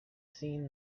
seen